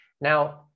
Now